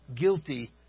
guilty